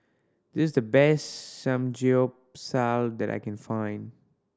this the best Samgyeopsal that I can find